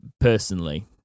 personally